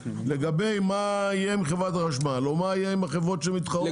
לגבי מה יהיה עם חברת החשמל או מה יהיה עם החברות המתחרות זה